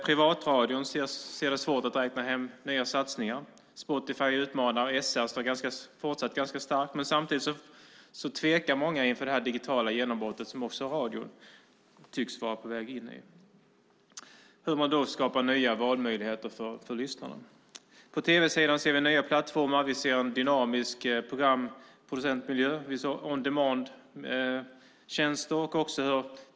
Privatradion har svårt att räkna hem fler satsningar. Spotify utmanar SR fortsatt starkt. Samtidigt tvekar många inför det digitala genombrott som också radion tycks vara på väg in i. Hur skapas då nya valmöjligheter för lyssnarna? På tv-sidan ser vi nya plattformar. Vi ser en dynamisk program och producentmiljö med on demand-tjänster.